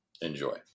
Enjoy